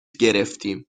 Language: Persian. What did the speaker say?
گرفتیم